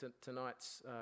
tonight's